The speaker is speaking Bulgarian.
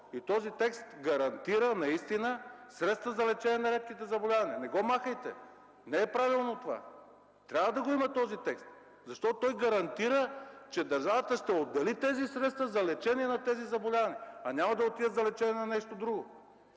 Този текст гарантира наистина средства за лечение на редките заболявания. Не го махайте, не е правилно това. Този текст трябва да го има, защото той гарантира, че държавата ще отдели тези средства за лечение на тези заболявания, а няма да отидат за лечение на нещо друго.